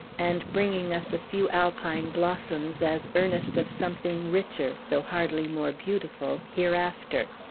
and bringing us a few alpine blossoms, as earnest of something richer, though hardly more beautiful, hereafter.